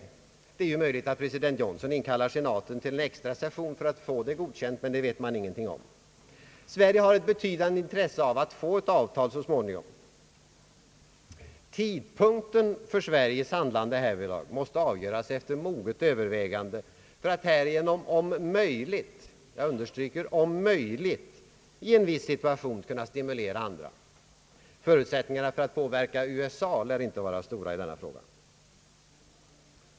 Det är möjligt att president Johnson inkallar senaten till en extra session för att få det godkänt, men det vet man ingenting om. Sverige har ett betydande intresse av att man så småningom får ett avtal. Tidpunkten för Sveriges handlande härvidlag måste avgöras efter moget övervägande för att vi härigenom om möjligt i en viss situation skall kunna stimulera andra. Förutsättningarna att påverka USA lär inte vara stora i denna fråga.